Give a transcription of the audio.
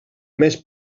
més